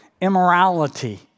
immorality